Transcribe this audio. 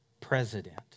President